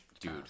dude